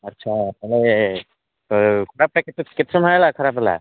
ଆଚ୍ଛା ତାହେଲେ କେତେ କେତେ ସମୟ ହେଲା ଖରାପ ହେଲା